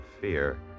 fear